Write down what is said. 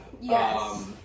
Yes